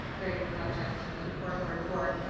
great project and important report.